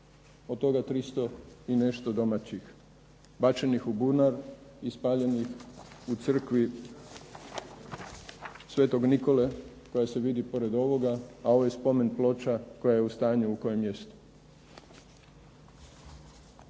od toga 300 i nešto domaćih, bačenih u bunar i spaljenih u crkvi sv. Nikole koja se vidi pored ovoga, a ovo je spomen ploča koja je u stanju u kojem jest.